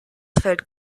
fällt